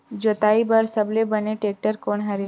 जोताई बर सबले बने टेक्टर कोन हरे?